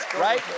Right